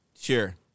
Sure